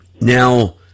Now